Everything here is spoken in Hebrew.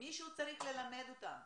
מישהו צריך ללמד אותם.